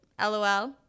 LOL